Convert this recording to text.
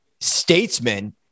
statesman